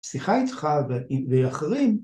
‫שיחה איתך ואחרים